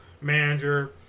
manager